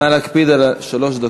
נא להקפיד על שלוש הדקות.